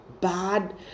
bad